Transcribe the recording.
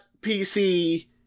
PC